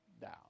down